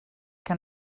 can